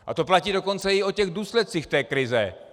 A to platí dokonce i o těch důsledcích té krize.